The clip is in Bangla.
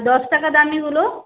দশ টাকা দামিগুলো